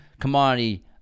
commodity